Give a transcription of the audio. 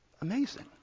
Amazing